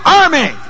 army